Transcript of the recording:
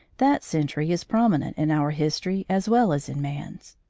that century is prominent in our history as well as in man's.